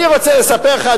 אני רוצה לספר לך,